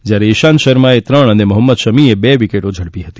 જ્યારે ઇશાંત શર્માએ ત્રણ અને મોહમ્મદ શમીએ બે વિકેટો ઝડપી હતી